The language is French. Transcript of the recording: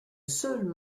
seul